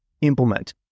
implement